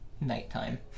nighttime